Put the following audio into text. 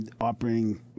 operating